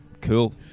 Cool